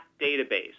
database